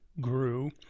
grew